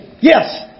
Yes